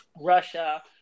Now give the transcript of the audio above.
Russia